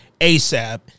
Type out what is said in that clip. ASAP